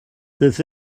this